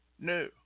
new